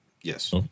Yes